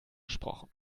gesprochen